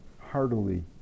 heartily